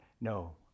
No